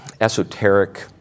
esoteric